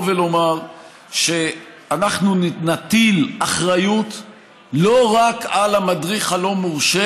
ולומר שאנחנו נטיל אחריות לא רק על המדריך הלא-מורשה